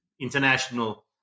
international